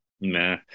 Nah